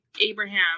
Abraham